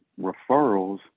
referrals